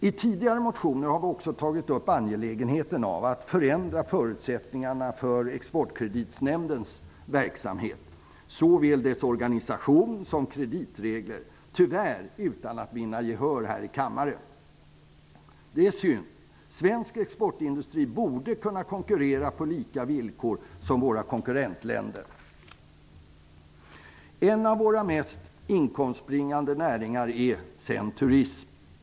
I tidigare motioner har vi tagit upp det angelägna i att förändra förutsättningarna för Exportkreditnämndens verksamhet, såväl dess organisation som kreditregler -- tyvärr utan att vinna gehör här i kammaren. Svensk exportindustri borde kunna konkurrera på lika villkor som de som gäller i våra konkurrentländer. En av våra mest inkomstbringande näringar är turismen.